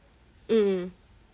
mm